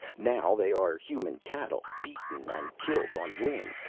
now they are human cattle, beaten and killed on whim.